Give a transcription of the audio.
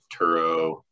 Turo